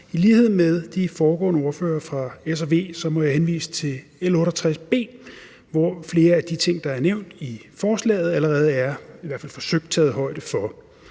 I lighed med de foregående ordførere fra S og V må jeg henvise til L 68 B, hvor flere af de ting, der er nævnt i forslaget, allerede er i hvert fald forsøgt taget højde for.